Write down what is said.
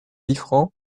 liffrand